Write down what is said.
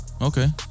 Okay